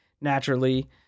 Naturally